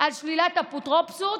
על שלילת אפוטרופסות